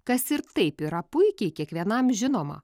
kas ir taip yra puikiai kiekvienam žinoma